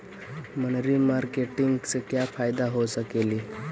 मनरी मारकेटिग से क्या फायदा हो सकेली?